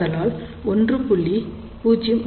ஆதலால் 1